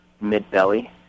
mid-belly